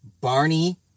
Barney